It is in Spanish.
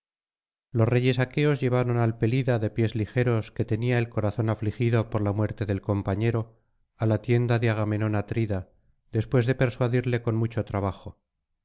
los reyes aqueos llevaron al pelida de pies ligeros que tenía el corazón afligido por la muerte del compañero á la tienda de agamenón atrida después de persuadirle con mucho trabajo